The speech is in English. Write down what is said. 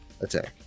attack